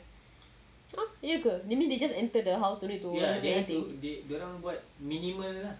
!huh! ya ke that means they just enter the house don't need to do anything